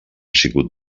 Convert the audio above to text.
sigut